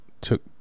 took